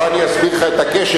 בוא אני אסביר לך את הקשר,